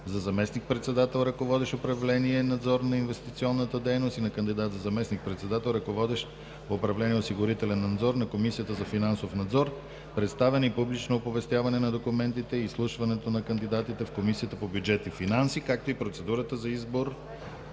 за заместник-председател, ръководещ управление „Надзор на инвестиционната дейност”, и на кандидат за заместник-председател, ръководещ управление „Осигурителен надзор”, на Комисията за финансов надзор, представяне и публично оповестяване на документите и изслушването на кандидатите в Комисията по бюджет и финанси, както и процедурата за избор